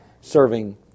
serving